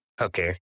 Okay